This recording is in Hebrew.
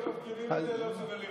לא ישלחו פקידים אל הלא-נודע.